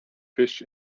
fish